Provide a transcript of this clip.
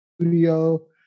studio